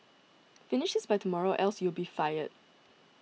finish this by tomorrow or else you'll be fired